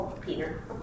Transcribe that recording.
Peter